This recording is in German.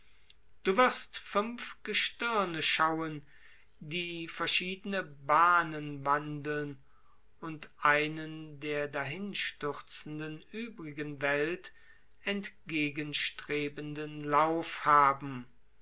du wirst fünf gestirne schauen die verschiedene bahnen wandeln und einen der dahinstürzenden welt entgegenstrebenden lauf haben